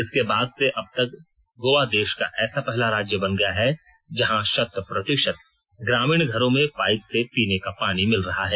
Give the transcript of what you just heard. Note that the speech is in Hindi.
इसके बाद से अबतक गोवा देश का ऐसा पहला राज्य बन गया है जहां शत प्रतिशत ग्रामीण घरों में पाइप से पीने का पानी मिल रहा है